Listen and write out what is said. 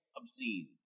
obscene